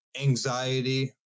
anxiety